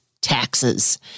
taxes